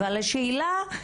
אבל השאלה היא,